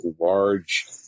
large